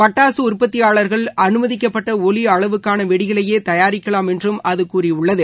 பட்டாசு உற்பத்தியாளர்கள் அனுமதிக்கப்பட்ட ஒலி அளவுக்கான வெடிகளையே தயாரிக்கலாம் என்றும் அது கூறியுள்ளது